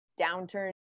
downturn